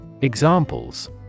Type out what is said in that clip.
Examples